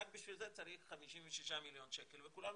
רק בשביל זה צריך 56 מיליון שקל וכולם